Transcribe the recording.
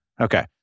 Okay